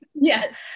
Yes